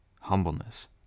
humbleness